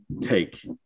take